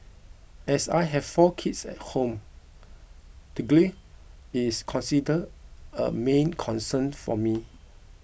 as I have four kids at home the grille is considered a main concern for me